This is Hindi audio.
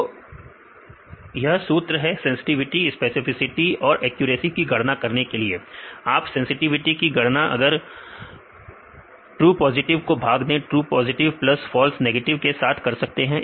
तो यह सूत्र है सेंसटिविटी स्पेसिफिसिटी और एक्यूरेसी की गणना करने के लिए आप सेंसटिविटी की गणना अगर ट्रू पॉजिटिव को भाग दे true positive plus false negative के साथ कर सकते हैं